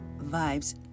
vibes